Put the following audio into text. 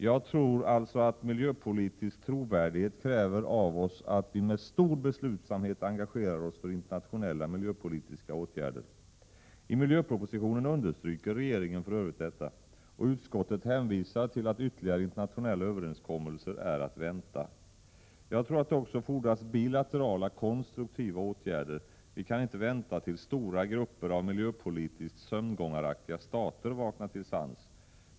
Jag tror således att miljöpolitisk trovärdighet kräver av oss att vi med stor beslutsamhet engagerar oss för internationella miljöpolitiska åtgärder. I miljöpropositionen understryker regeringen för övrigt detta. Och utskottet hänvisar till att ytterligare internationella överenskommelser är att vänta. Jag tror att det också fordras bilaterala konstruktiva åtgärder. Vi kan inte vänta tills stora grupper av miljöpolitiskt sömngångaraktiga stater vaknar till sans.